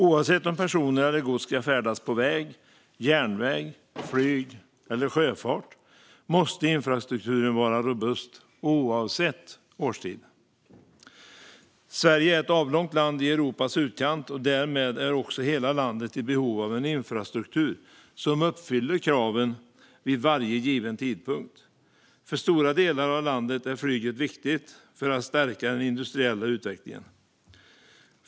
Oavsett om personer eller gods ska färdas på väg, på järnväg, med flyg eller i sjöfart måste infrastrukturen vara robust - oavsett årstid. Sverige är ett avlångt land i Europas utkant. Därmed är hela landet i behov av en infrastruktur som uppfyller kraven vid varje given tidpunkt. För stora delar av landet är flyget viktigt för att stärka den industriella utvecklingen.